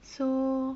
so